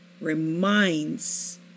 reminds